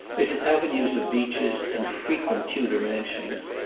its avenues of beeches, and frequent tudor mansions,